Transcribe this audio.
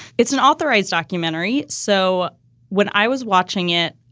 it's an authorized documentary. so when i was watching it,